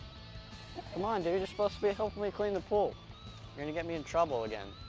um ah and you're supposed to be helping me clean the pool. you're gonna get me in trouble again.